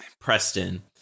Preston